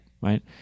Right